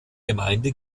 gemeinde